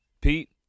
Pete